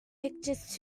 pictures